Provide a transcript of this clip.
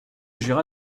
jura